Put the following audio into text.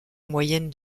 moyenne